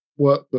workbook